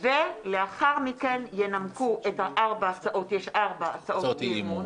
לאחר מכן, יש ארבע הצעות אי-אמון